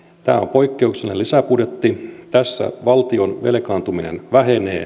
tämä on poikkeuksellinen lisäbudjetti tässä valtion velkaantuminen vähenee